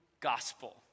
gospel